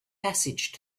passage